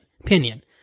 opinion